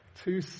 two